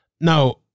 Now